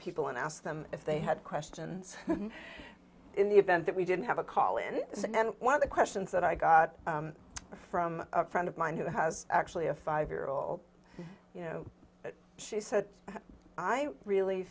people and ask them if they had questions in the event that we didn't have a call in and then one of the questions that i got from a friend of mine who has actually a five year old you know that she said i really